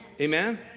Amen